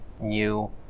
new